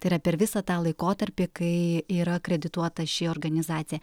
tai yra per visą tą laikotarpį kai yra akredituota ši organizacija